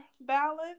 balance